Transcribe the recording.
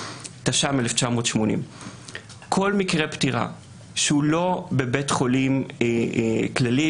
תש"ם 1980. כל מקרה פטירה שהוא לא בבית חולים כללי,